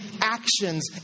actions